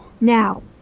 Now